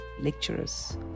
lecturers